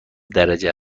درجه